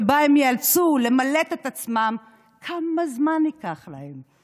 שבה הם ייאלצו למלט את עצמם, כמה זמן ייקח להם?